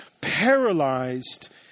paralyzed